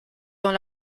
dans